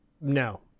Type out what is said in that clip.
No